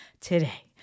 today